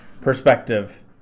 perspective